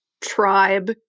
tribe